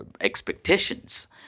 expectations